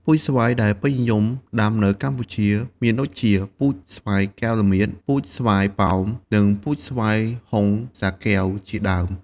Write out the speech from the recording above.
ពូជស្វាយដែលពេញនិយមដាំនៅកម្ពុជាមានដូចជា ពូជស្វាយកែវរមៀត ពូជស្វាយប៉ោម និងពូជស្វាយហុងសាកែវ ជាដើម។